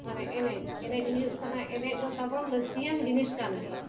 ᱢᱟᱱᱮ ᱮᱱᱮᱡ ᱮᱱᱮᱡ ᱦᱩᱭᱩᱜ ᱠᱟᱱᱟ ᱮᱱᱮᱡ ᱫᱚ ᱛᱟᱵᱚᱱ ᱞᱟᱹᱠᱛᱤᱭᱟᱱ ᱡᱤᱱᱤᱥ ᱠᱟᱱ ᱜᱮᱭᱟ